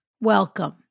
Welcome